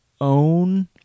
own